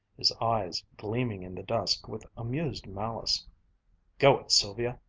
his eyes gleaming in the dusk with amused malice go it, sylvia!